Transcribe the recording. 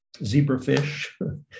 zebrafish